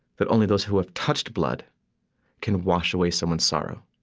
that only those who have touched blood can wash away someone's sorrow,